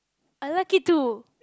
I like it too